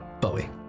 Bowie